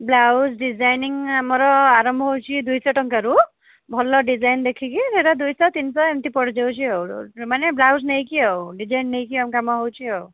blouse designing ଆମର ଆରମ୍ଭ ହେଉଛି ଦୁଇଶହ ଟଙ୍କାରୁ ଭଲ ଡିଜାଇନ୍ ଦେଖିକି ସେଇଟା ଦୁଇ ଶହ ତିନି ଶହ ଏମିତି ପଡ଼ିଯାଉଛି ଆଉ ମାନେ ବ୍ଳାଉଜ୍ ନେଇକି ଆଉ ଡିଜାଇନ୍ ନେଇକି ଆମ କାମ ହେଉଛି ଆଉ